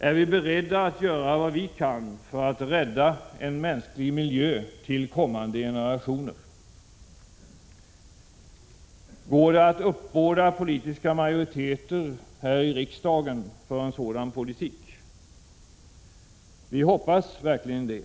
Är vi beredda att göra vad vi kan för att rädda en mänsklig miljö till kommande generationer? Går det att uppbåda politiska majoriteter här i riksdagen för en sådan politik? Vi hoppas verkligen det.